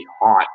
hot